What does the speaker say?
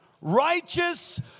righteous